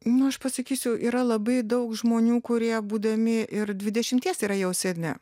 nu aš pasakysiu yra labai daug žmonių kurie būdami ir dvidešmties yra jau seni